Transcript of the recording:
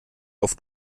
auf